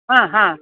ಹಾಂ ಹಾಂ